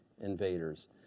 invaders